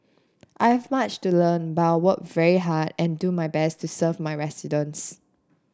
I have much to learn but work very hard and do my best to serve my residents